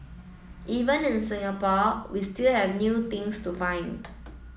even in Singapore we still have new things to find